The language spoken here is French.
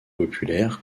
populaire